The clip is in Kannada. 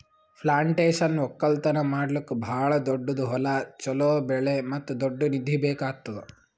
ಪ್ಲಾಂಟೇಶನ್ ಒಕ್ಕಲ್ತನ ಮಾಡ್ಲುಕ್ ಭಾಳ ದೊಡ್ಡುದ್ ಹೊಲ, ಚೋಲೋ ಬೆಳೆ ಮತ್ತ ದೊಡ್ಡ ನಿಧಿ ಬೇಕ್ ಆತ್ತುದ್